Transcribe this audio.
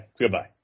Goodbye